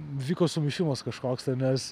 vyko sumišimas kažkoks tai nes